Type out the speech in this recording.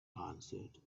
answered